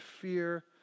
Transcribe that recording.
fear